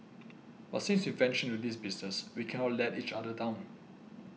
but since we ventured into this business we cannot let each other down